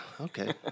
okay